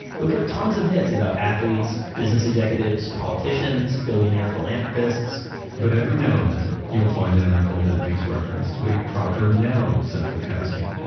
you'll get tons of hits about athletes, business executives, politicians, billionaire philanthropists but every now and then you'll find an article that makes reference to a proper noun central casting,